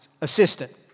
assistant